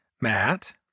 Matt